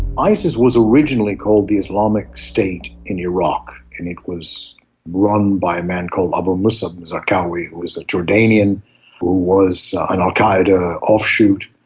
isis was originally called the islamic state in iraq and it was run by a man called abu musab al-zarqawi who was a jordanian was an al qaeda offshoot,